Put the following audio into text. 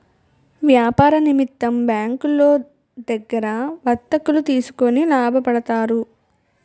వ్యాపార నిమిత్తం బ్యాంకులో దగ్గర వర్తకులు తీసుకొని లాభపడతారు